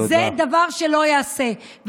זה דבר שלא ייעשה.